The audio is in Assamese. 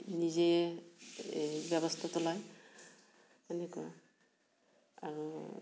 নিজে এই ব্যৱস্থাটো লয় সেনেকুৱা আৰু